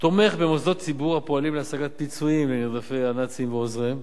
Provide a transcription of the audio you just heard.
תומך במוסדות ציבור הפועלים להשגת פיצויים לנרדפי הנאצים ועוזריהם,